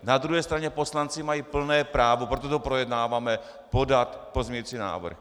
Na druhé straně poslanci mají plné právo, proto to projednáváme, podat pozměňovací návrh.